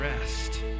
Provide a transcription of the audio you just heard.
rest